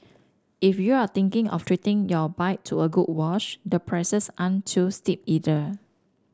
if you're thinking of treating your bike to a good wash the prices aren't too steep either